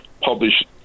published